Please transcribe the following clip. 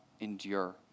Endure